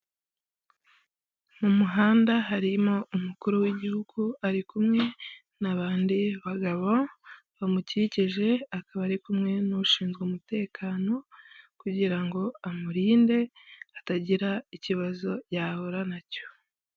Mu muhanda harimo umukuru w'Igihugu ari kumwe n'abandi bagabo bamukikije, akaba ari kumwe n'ushinzwe umutekano, kugira ngo amurinde hatagira ikibazo yahura nacyo.